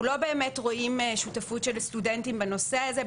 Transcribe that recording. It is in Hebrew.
אנחנו לא באמת רואים שותפות של סטודנטים בנושא הזה.